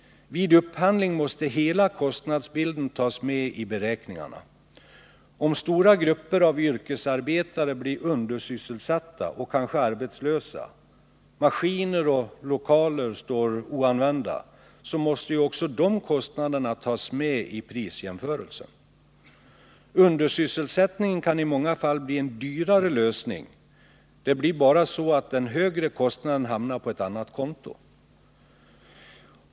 Vid upphandling måste hela kostnadsbilden tas med i beräkningarna. Om stora grupper av yrkesarbetare blir undersysselsatta och kanske arbetslösa, om maskiner och lokaler står oanvända, måste också dessa kostnader tas med i prisjämförelsen. Undersysselsättningen kan i många fall bli en dyrare lösning — det blir bara så att den högre kostnaden hamnar på ett annat konto.